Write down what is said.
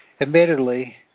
Admittedly